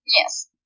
Yes